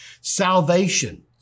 Salvation